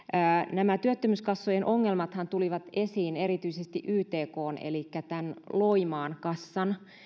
nämä työttömyyskassojen ongelmathan tulivat esiin erityisesti ytkn elikkä tämän loimaan kassan